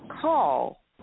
call